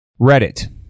Reddit